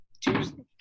Tuesday